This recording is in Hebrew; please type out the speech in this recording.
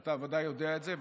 אתה ודאי יודע את זה,